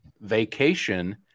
vacation